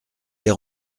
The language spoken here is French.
des